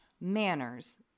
manners